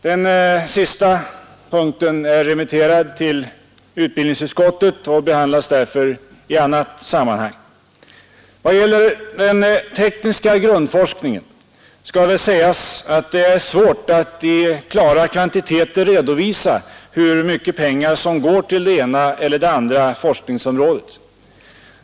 Den sista punkten i förslaget är remitterad till utbildningsutskottet och behandlas därför i annat sammanhang. Vad gäller den tekniska grundforskningen skall det sägas att det är svårt att i klara kvantiteter redovisa hur mycket pengar som går till det ena eller det andra forskningsområdet.